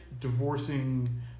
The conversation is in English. divorcing